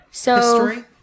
history